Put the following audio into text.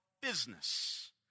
business